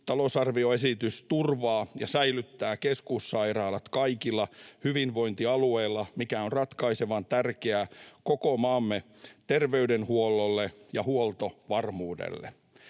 talousarvioesitys turvaa ja säilyttää keskussairaalat kaikilla hyvinvointialueilla, mikä on ratkaisevan tärkeää koko maamme terveydenhuollolle ja huoltovarmuudelle.